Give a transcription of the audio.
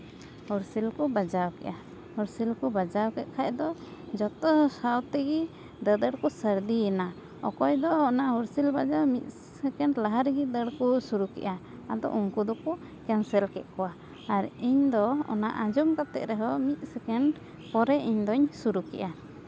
ᱦᱩᱭᱥᱮᱞ ᱠᱚ ᱵᱟᱡᱟᱣ ᱠᱮᱫᱟ ᱦᱩᱭᱥᱮᱞ ᱠᱚ ᱵᱟᱡᱟᱣ ᱠᱮᱫ ᱠᱷᱟᱱ ᱫᱚ ᱡᱚᱛᱚ ᱥᱟᱶᱛᱮ ᱫᱟᱹᱫᱟᱹᱲ ᱠᱚ ᱥᱟᱹᱨᱫᱤᱭᱮᱱᱟ ᱚᱠᱚᱭ ᱫᱚ ᱦᱩᱭᱥᱮᱞ ᱵᱟᱡᱟᱣ ᱢᱤᱫ ᱥᱮᱠᱮᱱᱰ ᱞᱟᱦᱟ ᱨᱮᱜᱮ ᱫᱟᱹᱲ ᱠᱚ ᱥᱩᱨᱩ ᱠᱮᱫᱟ ᱟᱫᱚ ᱩᱱᱠᱩ ᱫᱚᱠᱚ ᱠᱮᱱᱥᱮᱞ ᱠᱮᱫ ᱠᱚᱣᱟ ᱟᱨ ᱤᱧᱫᱚ ᱚᱱᱟ ᱟᱸᱡᱚᱢ ᱠᱟᱛᱮᱫ ᱨᱮᱦᱚᱸ ᱢᱤᱫ ᱥᱮᱠᱮᱱᱰ ᱯᱚᱨᱮᱧ ᱤᱧᱫᱩᱧ ᱥᱩᱨᱩ ᱠᱮᱫᱟ